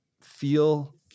feel